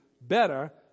better